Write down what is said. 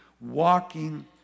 walking